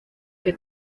que